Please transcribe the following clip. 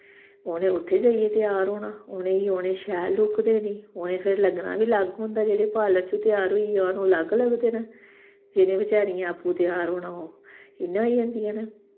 उनें उत्थें जाइयै त्यार होना उ'नेंई उ'नें शैल लुक्क देनी उनें फिर लग्गना बी अलग होंदा जेह्ड़े पार्लर च त्यार होइयै आन ओह् अलग लगदे न जिनें बेचारियें आपूं त्यार होना ओह् इ'यां होई जंदियां न